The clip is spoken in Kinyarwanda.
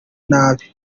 nabi